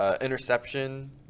interception